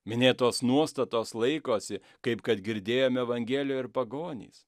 minėtos nuostatos laikosi kaip kad girdėjom evangelijoj ir pagonys